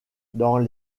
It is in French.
dans